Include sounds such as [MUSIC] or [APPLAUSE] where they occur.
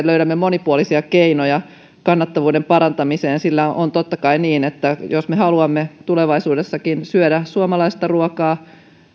[UNINTELLIGIBLE] löydämme monipuolisia keinoja kannattavuuden parantamiseen sillä totta kai on niin että jos me haluamme tulevaisuudessakin syödä suomalaista ruokaa